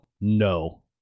No